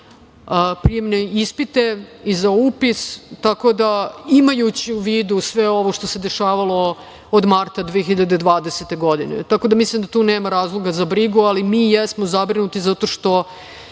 za prijemne ispite i za upis, imajući u vidu sve ovo što se dešavalo od marta 2020. godine. Mislim da tu nema razloga za brigu, ali mi jesmo zabrinuti zato što